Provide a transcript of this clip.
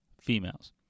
females